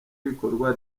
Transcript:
w’ibikorwa